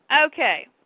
Okay